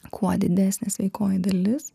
kuo didesnė sveikoji dalis